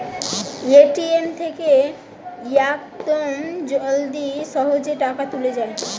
ATM থেকে ইয়াকদম জলদি সহজে টাকা তুলে যায়